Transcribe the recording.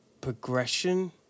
progression